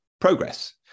progress